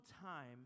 time